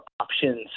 options